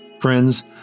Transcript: Friends